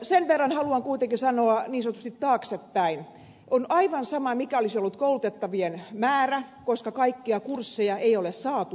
sen verran haluan kuitenkin sanoa niin sanotusti taaksepäin että on aivan sama mikä olisi ollut koulutettavien määrä koska kaikkia kursseja ei ole saatu täytettyä